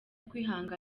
kwihangira